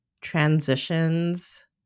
transitions